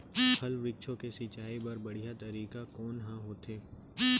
फल, वृक्षों के सिंचाई बर बढ़िया तरीका कोन ह होथे?